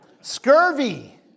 Scurvy